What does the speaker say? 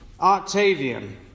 Octavian